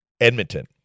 Edmonton